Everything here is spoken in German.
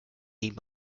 eben